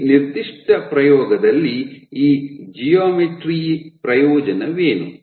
ಈ ನಿರ್ದಿಷ್ಟ ಪ್ರಯೋಗದಲ್ಲಿ ಈ ಜ್ಯಾಮೆಟ್ರಿಯ ಪ್ರಯೋಜನವೇನು